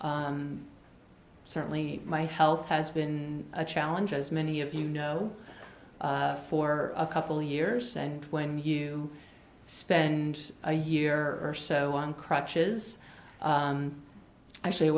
certainly my health has been a challenge as many of you know for a couple years and when you spend a year or so on crutches i actually it